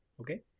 okay